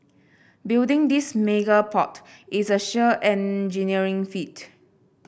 building this mega port is a sheer engineering feat